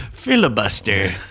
Filibuster